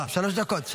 לא, שלוש דקות.